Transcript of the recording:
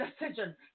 decision